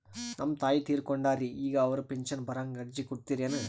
ನಮ್ ತಾಯಿ ತೀರಕೊಂಡಾರ್ರಿ ಈಗ ಅವ್ರ ಪೆಂಶನ್ ಬರಹಂಗ ಅರ್ಜಿ ಕೊಡತೀರೆನು?